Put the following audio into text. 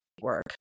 work